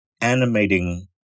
animating